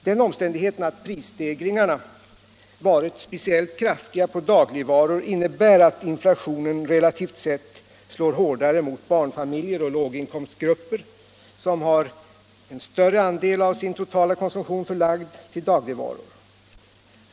Den omständigheten att prisstegringarna har varit speciellt kraftiga på dagligvaror innebär att inflationen relativt sett slår hårdare mot barnfamiljer och låginkomstgrupper som har en större andel av sin totala konsumtion förlagd till dagligvaror.